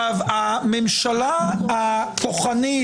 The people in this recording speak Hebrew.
04:50) הממשלה הכוחנית,